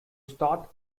start